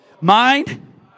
mind